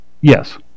Yes